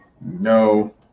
No